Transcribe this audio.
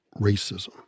racism